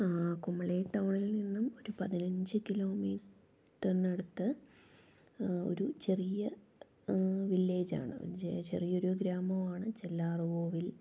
ആ കുമളി ടൗണിൽ നിന്നും ഒരു പതിനഞ്ച് കിലോമീറ്ററിനടുത്ത് ഒരു ചെറിയ വില്ലേജാണ് ചെറിയൊരു ഗ്രാമമാണ് ചെല്ലാർകോവിൽ